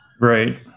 right